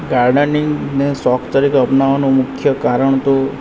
ગાર્ડનિંગને શોખ તરીકે અપનાવાનું મુખ્ય કારણ તો